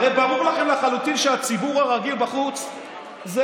הרי ברור לכם לחלוטין שהציבור הרגיל בחוץ אלה